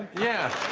yeah